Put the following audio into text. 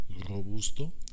Robusto